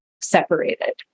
separated